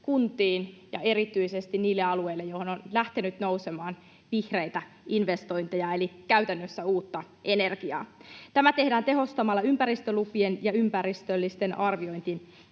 ja erityisesti niille alueille, joihin on lähtenyt nousemaan vihreitä investointeja eli käytännössä uutta energiaa. Tämä tehdään tehostamalla ympäristölupien ja ympäristöllisten arviointien